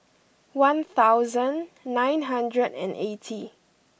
one thousand nine hundred and eighty